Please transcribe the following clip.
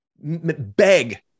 beg